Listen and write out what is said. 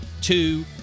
two